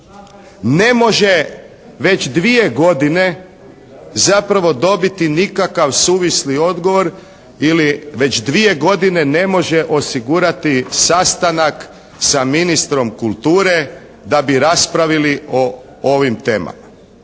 ne može već 2 godine zapravo dobiti nikakav suvisli odgovor ili već 2 godine ne može osigurati sastanak sa ministrom kulture da bi raspravili o ovim temama.